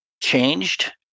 changed